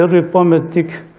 um diplomatic